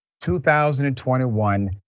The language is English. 2021